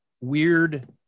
weird